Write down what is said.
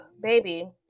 baby